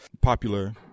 popular